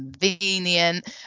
convenient